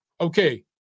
Okay